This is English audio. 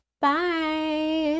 Bye